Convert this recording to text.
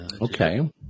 Okay